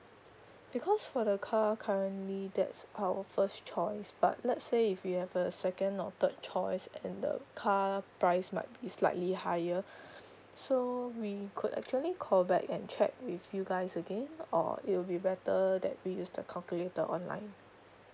because for the car currently that's our first choice but let's say if we have a second or third choice and the car price might be slightly higher so we could actually call back and check with you guys again or it will be better that we use the calculator online